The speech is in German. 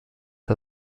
die